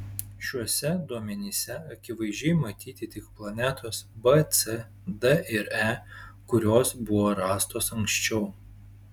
šiuose duomenyse akivaizdžiai matyti tik planetos b c d ir e kurios buvo rastos anksčiau